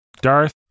Darth